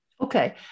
Okay